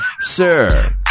Sir